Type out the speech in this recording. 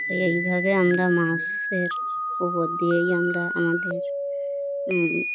এইভাবে আমরা মাসের উপ উপর দিয়েই আমরা আমাদের